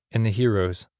and the heroes,